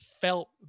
felt